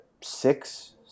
six